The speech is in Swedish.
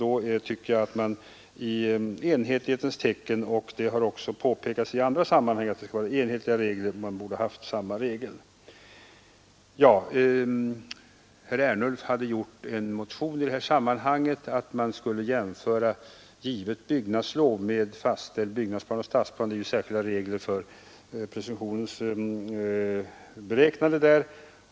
Då tycker jag att man i enhetlighetens tecken borde kunna ha samma regel Herr Ernulf har väckt en motion om att man skall jämföra givet byggnadslov med fastställd byggnadsplan och stadsplan. Det gäller ju särskilda regler för beräknande av presumtion där.